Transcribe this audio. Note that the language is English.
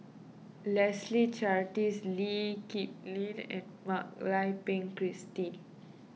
Leslie Charteris Lee Kip Lin and Mak Lai Peng Christine